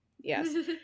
Yes